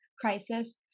crisis